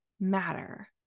matter